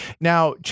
Now